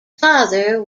father